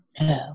no